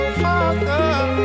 father